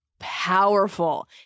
powerful